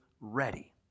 ready